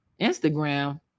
Instagram